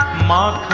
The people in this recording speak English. man